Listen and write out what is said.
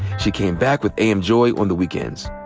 she came back with am joy on the weekends.